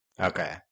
Okay